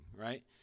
right